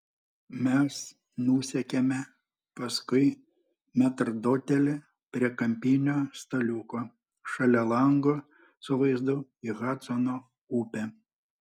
mes nusekėme paskui metrdotelį prie kampinio staliuko šalia lango su vaizdu į hadsono upę